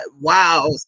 wow